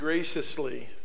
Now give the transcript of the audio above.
Graciously